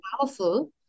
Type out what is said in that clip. powerful